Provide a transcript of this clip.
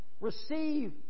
receive